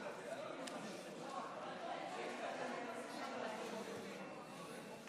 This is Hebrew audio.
רפואה שלמה לשר הביטחון